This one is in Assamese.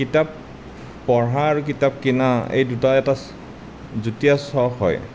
কিতাপ পঢ়া আৰু কিতাপ কিনা এই দুটা এটা যুটীয়া চখ হয়